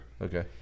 okay